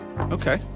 Okay